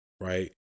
Right